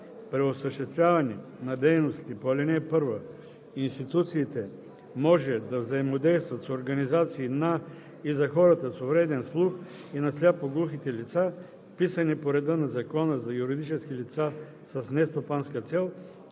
При осъществяване на дейностите по ал. 1 институциите може да взаимодействат с организации на и за хората с увреден слух и на сляпо-глухите лица, вписани по реда на Закона за юридическите лица с нестопанска цел